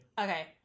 Okay